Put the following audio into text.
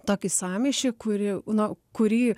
tokį sąmyšį kurį na kurį